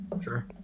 sure